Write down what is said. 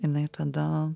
jinai tada